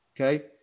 Okay